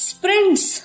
Sprints